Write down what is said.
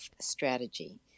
strategy